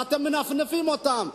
ואתם מנפנפים אותם.